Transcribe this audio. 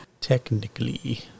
Technically